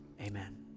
Amen